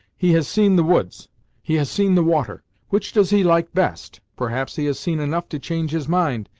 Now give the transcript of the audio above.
he has seen the woods he has seen the water. which does he like best? perhaps he has seen enough to change his mind,